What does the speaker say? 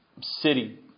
city